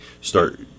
start